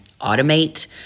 automate